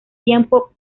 tiempo